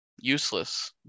Useless